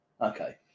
Okay